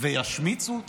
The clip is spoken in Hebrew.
וישמיצו אותם,